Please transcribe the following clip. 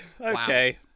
Okay